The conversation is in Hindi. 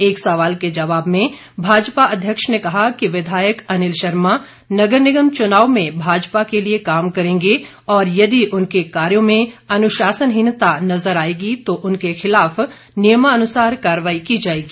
एक सवाल के जवाब में भाजपा अध्यक्ष ने कहा कि विधायक अनिल शर्मा नगर निगम चुनाव में भाजपा के लिए काम करेंगे और यदि उनके कार्यो में अनुशासनहीनता नज़र आएगी तो उनके खिलाफ नियमानुसार कार्रवाई की जाएगी